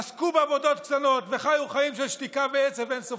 עסקו בעבודות קטנות וחיו חיים של שתיקה ועצב אין-סופיים.